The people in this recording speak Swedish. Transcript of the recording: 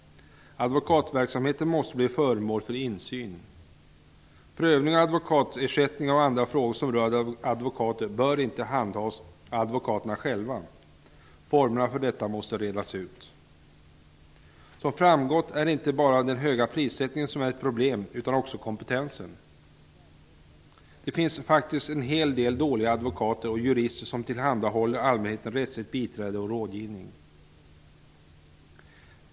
Advokatverksamheten måste bli föremål för insyn. Prövning av advokatersättning och andra frågor som rör advokater bör inte handhas av advokaterna själva. Formerna för detta måste redas ut. Som framgått är det inte bara den höga prissättningen som är ett problem, utan också kompetensen. Det finns faktiskt en hel del dåliga advokater och jurister som tillhandahåller allmänheten rättsligt biträde och rådgivning.